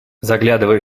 заглядывая